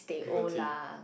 prefer tea